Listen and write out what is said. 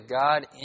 God